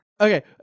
Okay